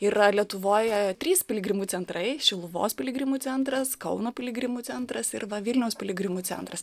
yra lietuvoje trys piligrimų centrai šiluvos piligrimų centras kauno piligrimų centras ir va vilniaus piligrimų centras